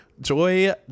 Joy